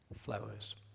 flowers